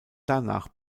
danach